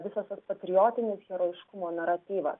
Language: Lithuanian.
visas tas patriotinis herojiškumo naratyvas